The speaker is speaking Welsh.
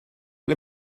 ble